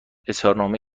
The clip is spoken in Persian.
اظهارنامه